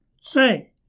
say